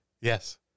Yes